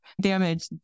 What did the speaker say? damage